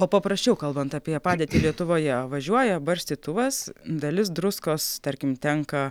o paprasčiau kalbant apie padėtį lietuvoje važiuoja barstytuvas dalis druskos tarkim tenka